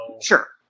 Sure